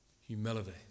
Humility